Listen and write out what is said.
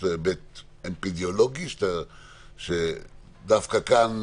היבט אפדמיולוגי, שדווקא כאן